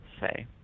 say